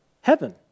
heaven